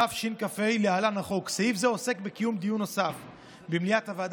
התשכ"ה 1965. סעיף זה עוסק בקיום דיון נוסף במליאת הוועדה